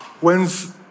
When's